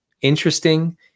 interesting